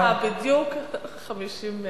לא, אז יש לך בדיוק 50 שניות.